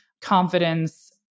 confidence